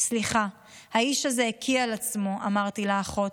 "סליחה, האיש הזה הקיא על עצמו", אמרתי לאחות.